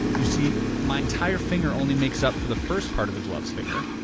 you see my entire finger only makes up for the first part of the gloves finger,